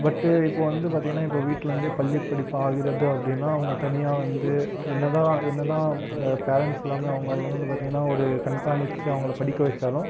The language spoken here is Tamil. பட்டு இப்போ வந்து பார்த்திங்கனா இப்போ வீட்லேருந்தே பள்ளிப் படிப்பு ஆகிறது அப்படின்னா அவங்க தனியாக வந்து என்ன தான் என்ன தான் பேரன்ட்ஸெல்லாமே அவங்க வந்து பாத்திங்கனா ஒரு கண்காணித்து அவங்களை படிக்க வச்சாலும்